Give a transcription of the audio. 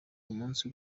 umunsi